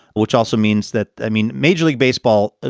which also means that i mean, major league baseball, ah